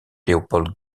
léopold